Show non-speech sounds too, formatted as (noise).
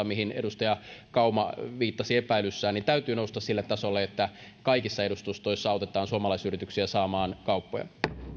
(unintelligible) mihin edustaja kauma viittasi epäilyssään täytyy nousta sille tasolle että kaikissa edustustoissa autetaan suomalaisyrityksiä saamaan kauppoja